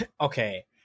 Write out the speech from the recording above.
Okay